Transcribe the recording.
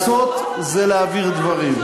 הלוואי שהיינו מגיעים למצב הזה בזמן הבחירות.